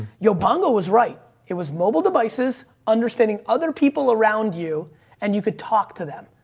your but ah was right. it was mobile devices. understanding other people around you and you could talk to them.